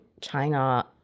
China